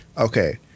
Okay